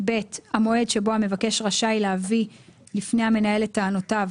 (ב) המועד שבו המבקש רשאי להביא לפני המנהל את טענותיו,